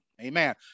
Amen